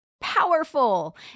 powerful